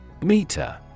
Meter